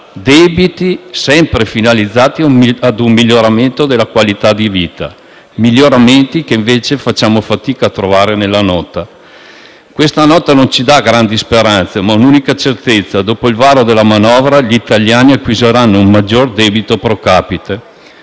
Debiti sempre finalizzati ad un miglioramento della qualità di vita. Miglioramenti che, invece, facciamo fatica a trovare nella Nota. Questa Nota non ci dà grandi speranze, ma una unica certezza. Dopo il varo della manovra gli italiani acquisiranno un maggior debito *pro capite*.